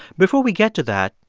before we get to that,